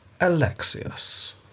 Alexius